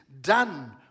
done